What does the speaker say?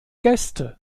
gäste